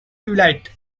twilight